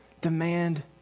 demand